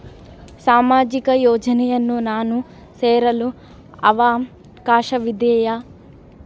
ಸಾಮಾಜಿಕ ಯೋಜನೆಯನ್ನು ನಾನು ಸೇರಲು ಅವಕಾಶವಿದೆಯಾ?